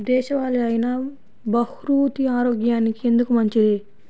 దేశవాలి అయినా బహ్రూతి ఆరోగ్యానికి ఎందుకు మంచిది?